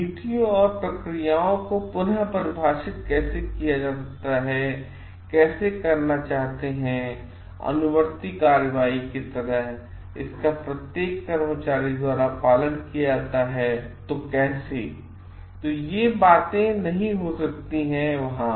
नीतियों और प्रक्रियाओं को पुनः परिभाषित कैसे किया जा सकता है कैसे करना चाहते हैं अनुवर्ती कार्रवाई की तरह इसका प्रत्येक कर्मचारी द्वारा पालन किया जाता है तो कैसेतो ये बातें नहीं हो सकती हैं वहाँ